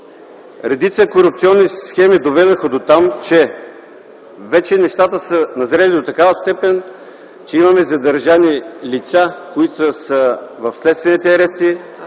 редица корупционни схеми доведоха дотам - вече нещата са назрели до такава степен, че имаме задържани лица, които са в следствените арести,